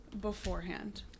beforehand